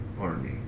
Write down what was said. army